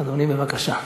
אדוני, בבקשה.